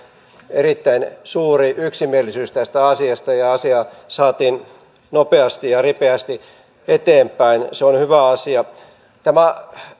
erittäin suuri yksimielisyys tästä asiasta ja asia saatiin nopeasti ja ripeästi eteenpäin se on hyvä asia tämä